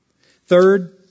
Third